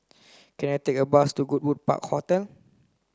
can I take a bus to Goodwood Park Hotel